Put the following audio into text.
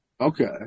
Okay